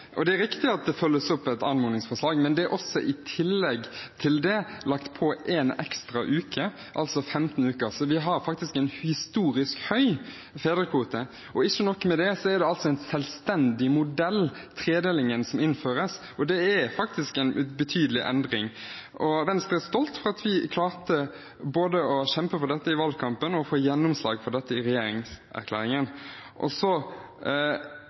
Det er riktig at det er et anmodningsforslag som følges opp, men det er i tillegg til det lagt på en ekstra uke. Det er altså 15 uker, så vi har faktisk en historisk høy fedrekvote. Ikke nok med det: Tredelingen som innføres, er altså en selvstendig modell, og det er en betydelig endring. Venstre er stolt over at vi både klarte å kjempe for dette i valgkampen og få gjennomslag for dette i regjeringserklæringen.